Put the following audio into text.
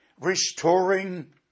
Restoring